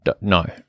no